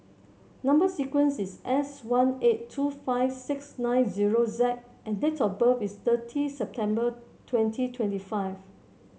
number sequence is S one eight two five six nine zero Z and date of birth is thirty September twenty twenty five